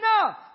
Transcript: enough